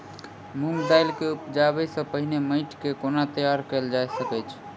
मूंग दालि केँ उगबाई सँ पहिने माटि केँ कोना तैयार कैल जाइत अछि?